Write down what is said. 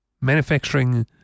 Manufacturing